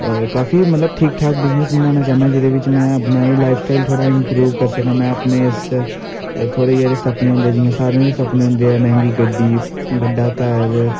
काफी मतलव ठीक ठाक बिज़नस बनाना चाह्न्नां जेह्दे बिच्च मैं अपना लाईफ स्टाईल थोह्ड़ा इंप्रूव करी सकां मैं अपने इस थोह्ड़े जेह्ड़े सपने न जियां सारें दे सपने होंदे ऐ मैंह्गी गड्डी बड्डा घर